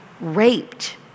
raped